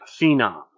Phenom